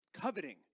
coveting